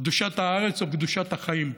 קדושת הארץ או קדושת החיים.